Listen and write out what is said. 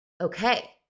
okay